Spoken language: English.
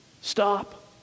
stop